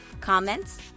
comments